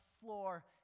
floor